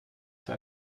für